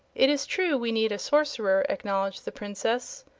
it is true we need a sorcerer, acknowledged the princess,